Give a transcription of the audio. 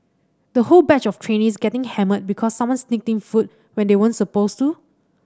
the whole batch of trainees getting hammered because someone sneaked food when they weren't supposed to